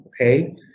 okay